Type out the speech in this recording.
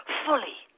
fully